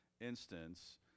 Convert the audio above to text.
instance